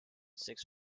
six